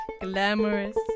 glamorous